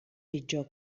pitjor